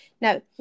Now